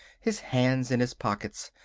his hands in his pockets.